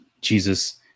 Jesus